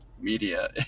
media